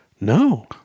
No